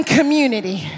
community